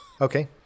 Okay